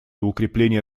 укреплении